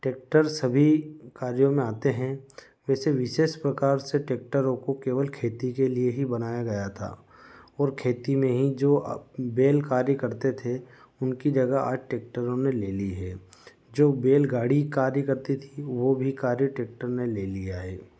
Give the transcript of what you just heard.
tractor सभी कार्यों में आते हैं वैसे विशेष प्रकार से ट्रैक्टरों को केवल खेती के लिए ही बनाया गया था और खेती में ही जो बैल कार्य करते थे उनकी जगह आज ट्रैक्टरों ने ले ली है जो बैलगाड़ी कार्य करती थी वो भी कार्य ट्रैक्टर ने ले लिया है